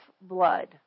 blood